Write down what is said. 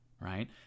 right